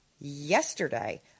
yesterday